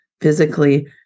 physically